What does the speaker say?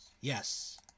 Yes